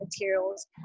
materials